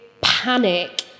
panic